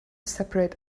separate